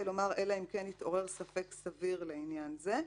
לומר: אלא אם כן התעורר ספק סביר לעניין זה.